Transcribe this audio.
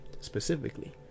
specifically